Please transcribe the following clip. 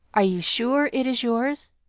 are you sure it is yours?